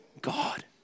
God